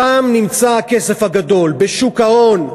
שם נמצא הכסף הגדול, בשוק ההון,